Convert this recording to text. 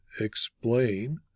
explain